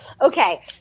Okay